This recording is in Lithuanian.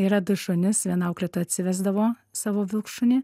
yra du šunys vieną auklėtoja atsivesdavo savo vilkšunį